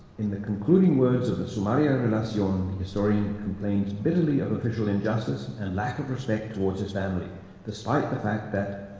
in the concluding words of the sumaria relacion, and and so and the historian complains bitterly of official injustice and lack of respect towards his family, despite the fact that,